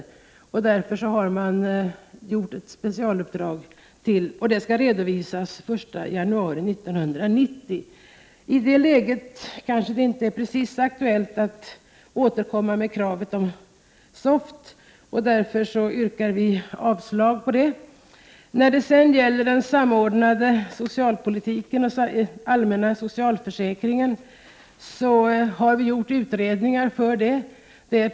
Det har därför lämnats ett specialuppdrag avseende denna kategori, vilket skall redovisas den 1 januari 1990. I det läget kanske det inte är precis aktuellt att återkomma med kravet på ett SOFT, och därför yrkar jag avslag på det kravet. Frågorna om en samordnad socialpolitik och om en allmän socialförsäkring har vidare behandlats i utredningar.